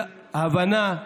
להבנה,